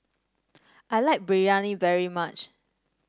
I like Biryani very much